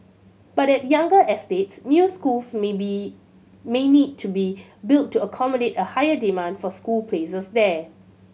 but at younger estates new schools may be may need to be built to accommodate a higher demand for school places there